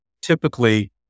typically